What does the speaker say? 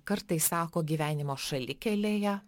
kartais sako gyvenimo šalikelėje